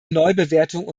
neubewertung